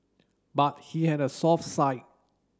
but he had a soft side